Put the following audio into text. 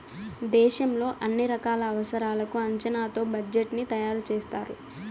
దేశంలో అన్ని రకాల అవసరాలకు అంచనాతో బడ్జెట్ ని తయారు చేస్తారు